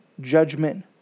judgment